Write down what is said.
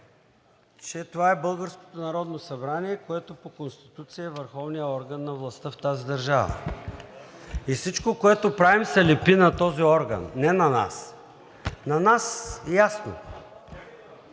събрание, което по Конституция е върховният орган на властта в тази държава, и всичко, което правим, се лепи на този орган, не на нас. На нас – ясно,